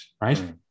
right